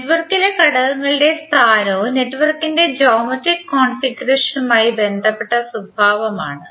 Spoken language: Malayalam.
നെറ്റ്വർക്കിലെ ഘടകങ്ങളുടെ സ്ഥാനവും നെറ്റ്വർക്കിന്റെ ജോമെട്രിക് കോൺഫിഗറേഷനുമായി ബന്ധപ്പെട്ട സ്വഭാവം ആണ്